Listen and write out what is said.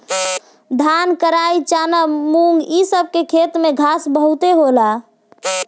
धान, कराई, चना, मुंग इ सब के खेत में घास बहुते होला